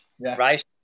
right